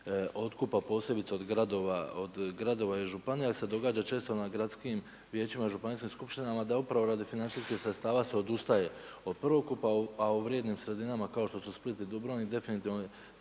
otkupa posebice od gradova i županija jer se događa često na gradskim vijećima i županijskim skupštinama da upravo radi financijskih sredstava se odustaje od prvokupa a u vrijednim sredinama kao što su Split i Dubrovnik definitivno